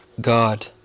God